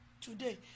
today